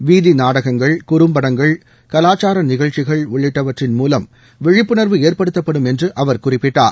வீதி நாடகங்கள் குறம்படங்கள் கலாச்சார நிகழ்ச்சிகள் உள்ளிட்டவற்றின் மூலம் விழிப்புணர்வு ஏற்படுத்தப்படும் என்று அவர் குறிப்பிட்டார்